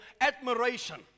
admiration